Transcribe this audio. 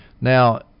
Now